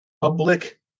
Public